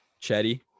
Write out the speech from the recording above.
chetty